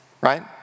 right